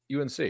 UNC